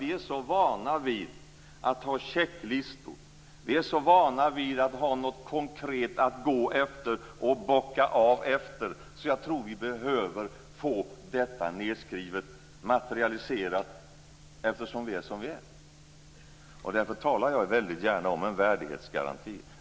Vi är så vana vid att ha checklistor, att ha något konkret att gå efter och bocka av efter att jag tror att vi behöver få detta nedskrivet, materialiserat, eftersom vi är som vi är. Därför talar jag väldigt gärna om en värdighetsgaranti.